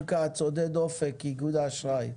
עודד אופק, איגוד האשראי.